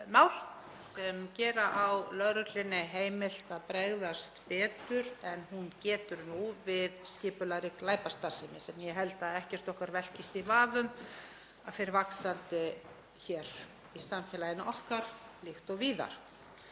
mál sem gera á lögreglunni heimilt að bregðast betur en hún getur nú við skipulagðri glæpastarfsemi sem ég held að ekkert okkar velkist í vafa um að fer vaxandi hér í samfélaginu okkar líkt og víðar.